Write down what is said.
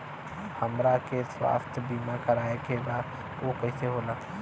हमरा के स्वास्थ्य बीमा कराए के बा उ कईसे होला?